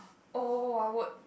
oh I would